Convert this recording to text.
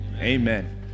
Amen